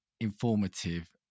informative